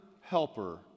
helper